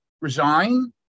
resign